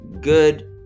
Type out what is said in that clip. good